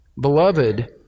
Beloved